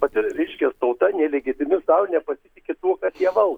vat ir reiškias tauta nelegitimi sau nepasitiki tų bet jie val